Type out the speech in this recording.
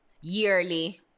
yearly